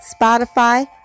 Spotify